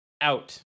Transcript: Out